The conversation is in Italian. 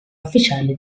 ufficiale